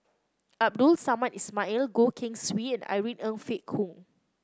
Abdul Samad Ismail Goh Keng Swee and Irene Ng Phek Hoong